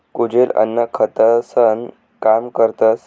कुजेल अन्न खतंसनं काम करतस